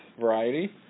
variety